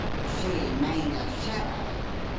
she made a show of it,